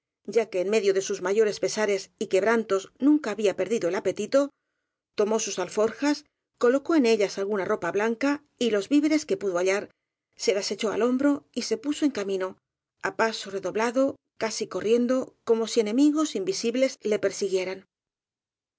ya que en medio de sus mayores pesares y quebrantos nunca había perdido el apetito tomó sus alforjas colocó en ellas alguna ropa blanca y los víveres que pudo hallar se las echó al hombro y se puso en camino á paso re doblado casi corriendo como si enemigos invisi bles le persiguieran